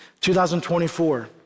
2024